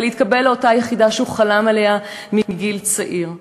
להתקבל לאותה יחידה שהוא חלם עליה מגיל צעיר.